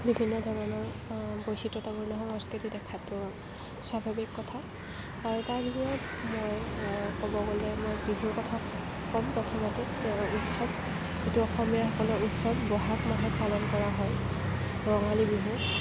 বিভিন্ন ধৰণৰ বৈচিত্ৰতাপূৰ্ণ সংস্কৃতি দেখাটো স্বাভাৱিক কথা আৰু তাৰ মই ক'ব গ'লে মই বিহুৰ কথা ক'ম প্ৰথমতে উৎসৱ যিটো অসমীয়াসকলৰ উৎসৱ ব'হাগ মাহত পালন কৰা হয় ৰঙালী বিহু